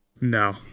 No